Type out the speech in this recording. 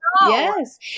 Yes